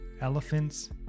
elephants